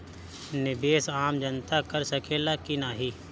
निवेस आम जनता कर सकेला की नाहीं?